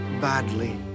badly